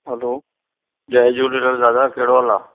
हलो जय झूलेलाल दादा कहिड़ो हाल आहे